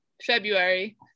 February